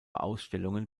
ausstellungen